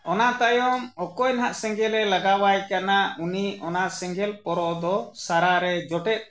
ᱚᱱᱟ ᱛᱟᱭᱚᱢ ᱚᱠᱚᱭ ᱱᱟᱜ ᱥᱮᱸᱜᱮᱞᱮ ᱞᱟᱜᱟᱣᱟᱭ ᱠᱟᱱᱟ ᱩᱱᱤ ᱚᱱᱟ ᱥᱮᱸᱜᱮᱞ ᱯᱚᱨᱚ ᱫᱚ ᱥᱟᱨᱟ ᱨᱮ ᱡᱚᱴᱮᱫ